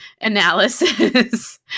analysis